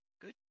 Good